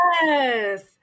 Yes